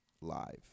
Live